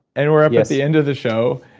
and we're up at the end of the show.